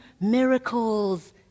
miracles